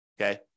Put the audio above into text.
Okay